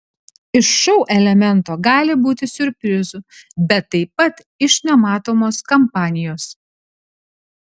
iš šou elemento gali būti siurprizų bet taip pat iš nematomos kampanijos